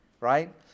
right